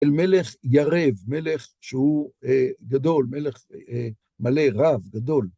אל מלך ירב, מלך שהוא גדול, מלך מלא, רב, גדול.